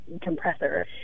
compressor